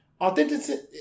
authenticity